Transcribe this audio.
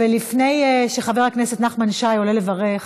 עשרה בעד, אין מתנגדים, אין נמנעים.